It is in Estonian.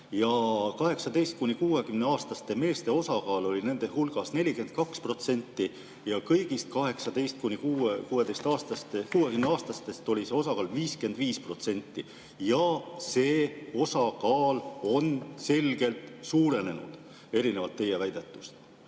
18–60‑aastaste meeste osakaal oli nende hulgas 42% ja kõigi 18–60‑aastaste puhul oli see osakaal 55% ning see osakaal on selgelt suurenenud erinevalt teie väidetust.